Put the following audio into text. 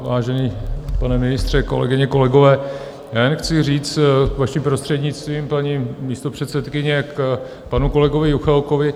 Vážený pane ministře, kolegyně kolegové, já jen chci říct, vaším prostřednictvím paní místopředsedkyně, k panu kolegovi Juchelkovi.